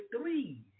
three